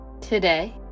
Today